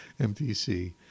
MTC